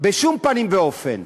בשום פנים ואופן.